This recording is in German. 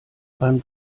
beim